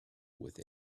with